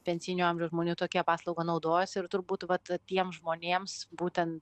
pensinio amžiaus žmonių tokia paslauga naudojasi ir turbūt vat tiem žmonėms būtent